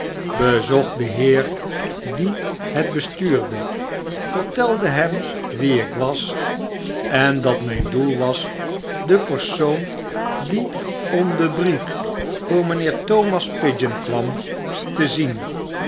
bezocht den heer die het bestuurde vertelde hem wie ik was en dat myn doel was de persoon die om den brief voor mynheer thomas pigeon kwam te zien